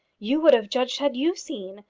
you would have judged had you seen.